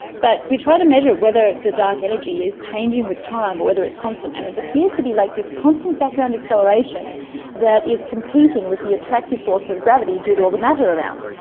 but we try to measure whether the dark energy is changing with time or whether it's constant, and it appears to be like this constant background acceleration that is competing with the attractive force of gravity due to all the matter around.